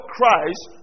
Christ